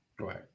Right